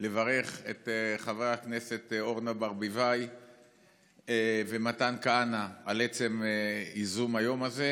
לברך את חברי הכנסת אורנה ברביבאי ומתן כהנא על עצם ייזום היום הזה,